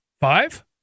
Five